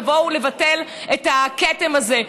לבוא ולבטל את הכתם הזה.